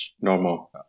normal